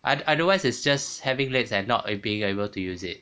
other otherwise it's just having legs and not being able to use it